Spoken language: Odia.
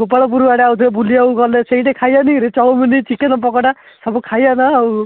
ଗୋପାଳପୁର ଆଡ଼େ ଆଉଥରେ ବୁଲିବାକୁ ଗଲେ ସେଇଟି ଆଉ ଖାଇବାନି କିରେ ଚାଉମିନ ଚିକେନ ପକୋଡ଼ା ସବୁ ଖାଇବା ନା ଆଉ